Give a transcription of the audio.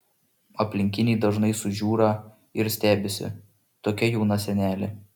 aplinkiniai dažnai sužiūra ir stebisi tokia jauna senelė